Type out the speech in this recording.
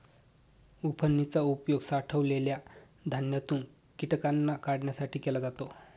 उफणनी चा उपयोग साठवलेल्या धान्यातून कीटकांना काढण्यासाठी केला जातो